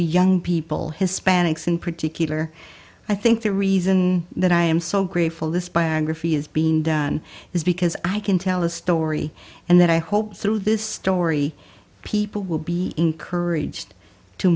young people hispanics in particular i think the reason that i am so grateful this biography has been done is because i can tell a story and that i hope through this story people will be encouraged to